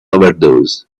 overdose